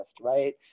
right